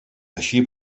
així